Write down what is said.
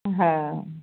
हँ